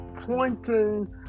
pointing